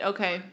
Okay